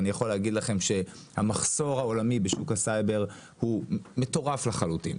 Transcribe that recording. אני יכול להגיד לכם שהמחסור העולמי בשוק הסייבר הוא מטורף לחלוטין.